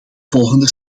volgende